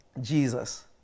Jesus